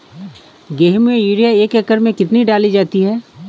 गेहूँ में यूरिया एक एकड़ में कितनी डाली जाती है?